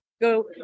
go